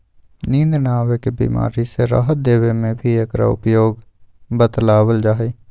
नींद न आवे के बीमारी से राहत देवे में भी एकरा उपयोग बतलावल जाहई